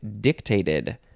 dictated